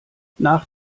nach